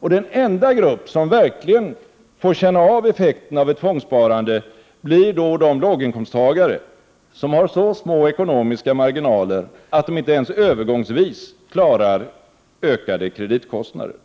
Den enda grupp som verkligen får känna av effekterna av ett tvångssparande blir då de låginkomsttagare som har så små ekonomiska marginaler att de inte ens övergångsvis klarar ökade kreditkostnader.